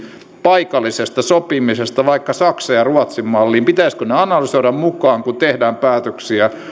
paikallisesta sopimisesta vaikka saksan ja ruotsin malliin pitäisikö ne analysoida mukaan kun tehdään päätöksiä